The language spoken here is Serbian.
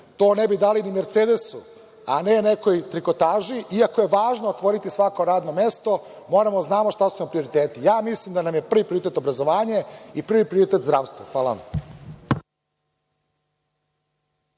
To ne bi dali ni Mercedesu, a ne nekoj trikotaži. Iako je važno otvoriti svako radno mesto, moramo da znamo šta su nam prioriteti. Mislim da nam je prvi prioritet obrazovanje i prvi prioritet zdravstvo. Hvala vam.